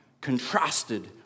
contrasted